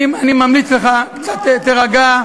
אני ממליץ לך, תירגע.